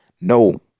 No